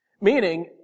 Meaning